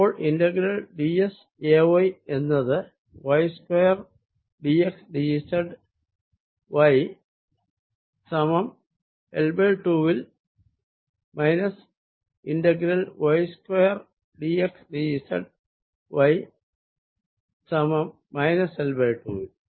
അപ്പോൾ integral d s A y എന്നത് y square d x d z y സമം L2 വിൽ minus integral y square d x d z y സമം minus L2 will